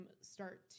start